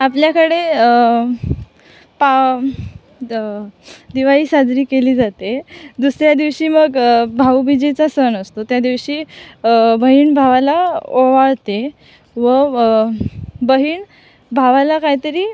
आपल्याकडे पा द दिवाळी साजरी केली जाते दुसऱ्या दिवशी मग भाऊबीजेचा सण असतो त्यादिवशी बहीण भावाला ओवाळते व बहीण भावाला काहीतरी